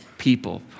people